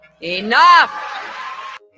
Enough